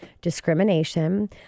discrimination